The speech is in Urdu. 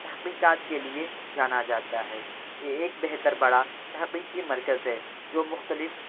تحقیقات کے لیے جانا جاتا ہے یہ ایک بہتر بڑا تحقیقی مرکز ہے جو مختلف